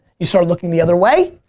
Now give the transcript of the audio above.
you start looking the other way,